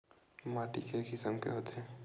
माटी के किसम के होथे?